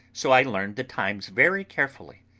so i learned the times very carefully.